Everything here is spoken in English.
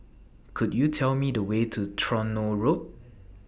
Could YOU Tell Me The Way to Tronoh Road